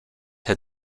had